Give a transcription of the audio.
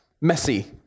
messy